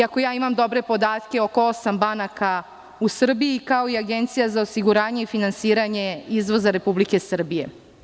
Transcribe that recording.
Ako ja imam dobre podatke oko osam banaka u Srbiji, kao i Agencija za osiguranje i finansiranje izvoza Republike Srbije.